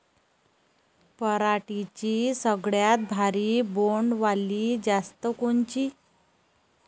पराटीची सगळ्यात भारी बोंड वाली जात कोनची?